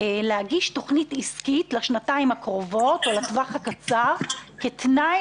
להגיש תכנית עסקית לשנתיים הקרובות או לטווח הקצר כתנאי